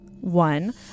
One